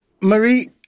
Marie